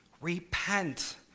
repent